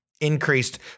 increased